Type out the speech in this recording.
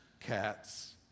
cats